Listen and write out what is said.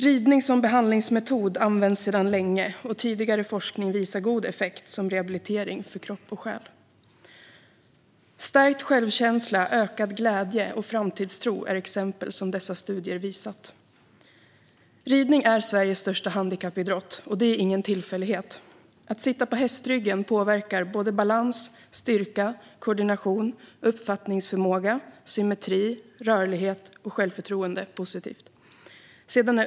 Ridning som behandlingsmetod används sedan länge, och tidigare forskning visar att det ger god effekt som rehabilitering för kropp och själ, till exempel genom stärkt självkänsla, ökad glädje och framtidstro. Ridning är Sveriges största handikappidrott, och det är ingen tillfällighet. Att sitta på hästryggen påverkar balans, styrka, koordination, uppfattningsförmåga, symmetri, rörlighet och självförtroende positivt.